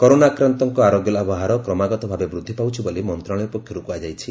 corona ଆକ୍ରାନ୍ତଙ୍କ ଆରୋଗ୍ୟଲାଭ ହାର କ୍ରମାଗତ ଭାବେ ବୃଦ୍ଧି ପାଉଛି ବୋଲି ମନ୍ତ୍ରଶାଳୟ ପକ୍ଷରୁ କୁହାଯାଇଛି